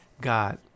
god